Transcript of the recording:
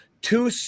two